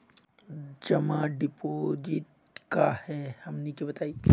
जमा डिपोजिट का हे हमनी के बताई?